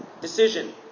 decision